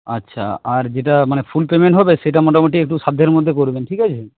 আচ্ছা আর যেটা মানে ফুল পেমেন্ট হবে সেটা মোটামুটি একটু সাধ্যের মধ্যে করবেন ঠিক আছে